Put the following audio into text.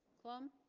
clumb